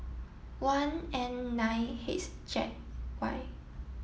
one N nine H Z Y